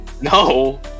No